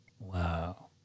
Wow